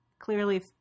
Clearly